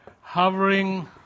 hovering